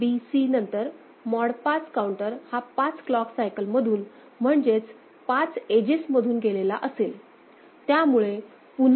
A B C नंतर mod 5 counter हा 5 clock cycle मधून म्हणजेच 5 एजेस मधून गेलेला असेल